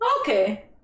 Okay